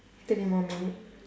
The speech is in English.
three more minute